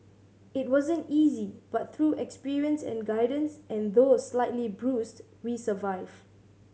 it wasn't easy but through experience and guidance and though slightly bruised we survive